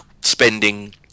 spending